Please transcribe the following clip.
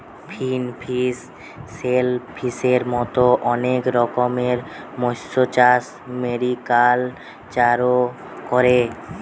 finfish, শেলফিসের মত অনেক রকমের মৎস্যচাষ মেরিকালচারে করে